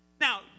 Now